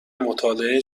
مطالعه